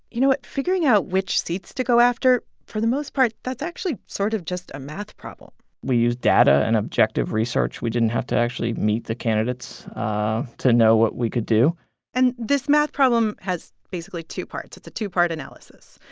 you know what, figuring out which seats to go after, for the most part, that's actually sort of just a math problem we used data and objective research. we didn't have to actually meet the candidates to know what we could do and this math problem has basically two parts. it's a two-part analysis.